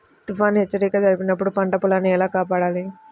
తుఫాను హెచ్చరిక జరిపినప్పుడు పంట పొలాన్ని ఎలా కాపాడాలి?